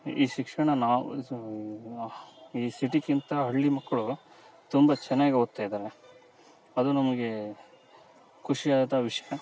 ಈ ಶಿಕ್ಷಣ ನಾವು ಸವ್ ಈ ಸಿಟಿಕಿಂತ ಹಳ್ಳಿ ಮಕ್ಕಳು ತುಂಬ ಚೆನ್ನಾಗಿ ಓದ್ತಾ ಇದಾರೆ ಅದು ನಮಗೆ ಖುಷಿಯಾದ ವಿಷಯ